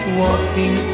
walking